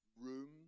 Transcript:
room